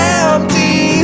empty